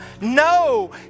No